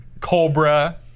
Cobra